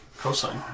cosine